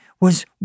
was